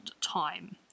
time